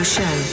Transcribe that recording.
Show